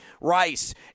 Rice